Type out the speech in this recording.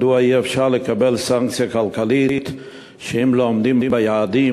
מדוע אי-אפשר לקבל סנקציה כלכלית שאם לא עומדים ביעדים,